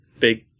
Big